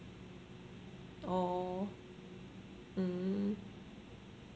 oh mm